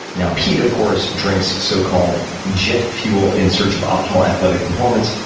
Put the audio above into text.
now, pete of course drinks so-called jet fuel in search of optimal athletic performance,